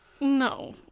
no